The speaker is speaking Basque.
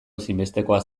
ezinbestekoa